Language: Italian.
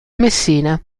messina